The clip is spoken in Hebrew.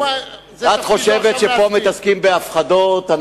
את חושבת שמתעסקים פה בהפחדות?